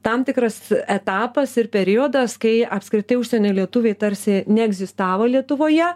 tam tikras etapas ir periodas kai apskritai užsienio lietuviai tarsi neegzistavo lietuvoje